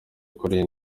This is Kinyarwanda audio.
kuri